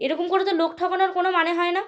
এরকম করে তো লোক ঠকানোর কোনো মানে হয় না